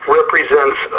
represents